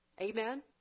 amen